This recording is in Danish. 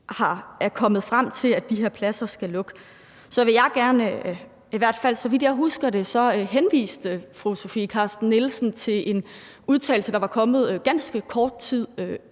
er kommet frem til, at de her pladser skal lukke. Så vidt jeg husker det, henviste fru Sofie Carsten Nielsen i spørgetimen til en udtalelse, der var kommet ganske kort tid